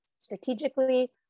strategically